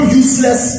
useless